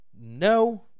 no